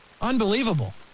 Unbelievable